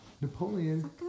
Napoleon